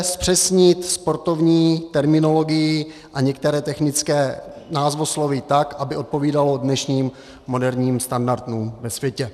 Zpřesnit sportovní terminologii a některé technické názvosloví tak, aby odpovídalo dnešním moderním standardům ve světě.